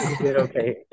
okay